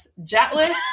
Jetless